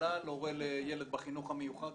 הורה לילד בחינוך המיוחד.